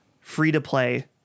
free-to-play